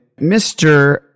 mr